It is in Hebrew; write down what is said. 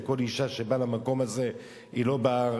כל אשה שבאה למקום הזה לא באה,